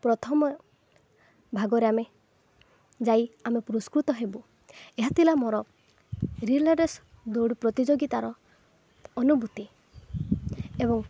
ପ୍ରଥମ ଭାଗରେ ଆମେ ଯାଇ ଆମେ ପୁରସ୍କୃତ ହେବୁ ଏହା ଥିଲା ମୋର ରିଲେ ରେସ୍ ଦୌଡ଼ ପ୍ରତିଯୋଗିତାର ଅନୁଭୂତି ଏବଂ